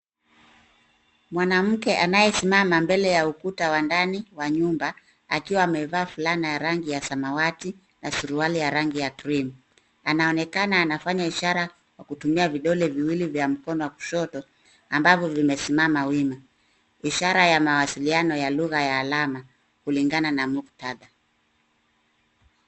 Mwanamke anayesimama mbele ya ukuta wa ndani wa nyumba, akiwa amevaa fulana ya rangi ya samawati na suruali ya rangi ya cream . Anaonekana anafanya ishara kutumia vidole viwili vya mkono wa kushoto ambavyo vimesimama wima. Ishara ya mawasiliano ya lugha ya alama, kulingana na muktadha.